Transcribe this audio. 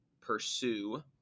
pursue